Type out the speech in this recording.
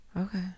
Okay